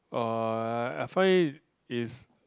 uh I I find it's